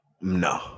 No